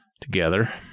together